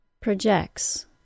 Projects